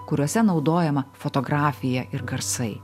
kuriuose naudojama fotografija ir garsai